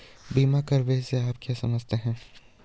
बीमा कवरेज से आप क्या समझते हैं?